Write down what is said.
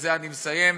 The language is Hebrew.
ובזה אסיים,